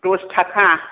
दस थाखा